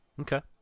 okay